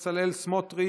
חבר הכנסת בצלאל סמוטריץ'